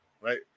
right